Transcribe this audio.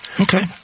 Okay